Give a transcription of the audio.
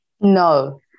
No